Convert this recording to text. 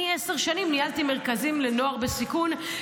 אני עשר שנים ניהלתי מרכזים לנוער בסיכון,